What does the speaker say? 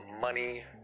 money